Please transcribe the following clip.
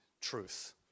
truth